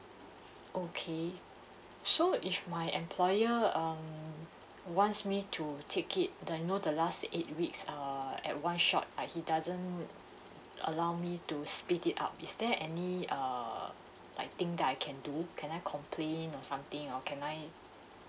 okay so if my employer um wants me to take it the you know the last eight weeks err at one shot uh he doesn't allow me to split it up is there any err like thing that I can do can I complain or something or can I